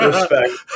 Respect